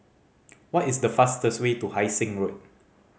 what is the fastest way to Hai Sing Road